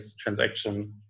transaction